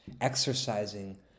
exercising